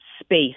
space